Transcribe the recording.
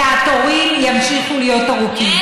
התורים ימשיכו להיות ארוכים.